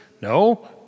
No